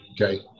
Okay